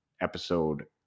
Episode